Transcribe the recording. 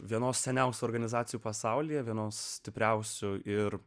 vienos seniausių organizacijų pasaulyje vienos stipriausių ir